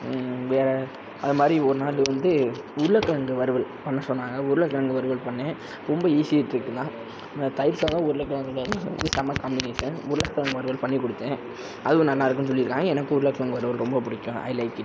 வேறு அதை மாதிரி ஒரு நாள் வந்து உருளைக்கெழங்கு வறுவல் பண்ண சொன்னாங்க உருளைக்கெழங்கு வறுவல் பண்ணிணேன் ரொம்ப ஈஸி ட்ரிக்கு தான் தயிர் சாதம் உருளைக்கெழங்கு வறுவல் வந்து செமை காமினேஷன் உருளைக்கெழங்கு வறுவல் பண்ணி கொடுத்தேன் அதுவும் நல்லா இருக்குன்னு சொல்லியிருக்காங்க எனக்கு உருளைக்கெழங்கு வறுவல் ரொம்ப பிடிக்கும் ஐ லைக் இட்